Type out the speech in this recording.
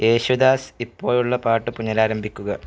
യേശുദാസ് ഇപ്പോഴുള്ള പാട്ട് പുനരാരംഭിക്കുക